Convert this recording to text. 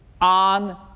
on